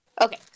Okay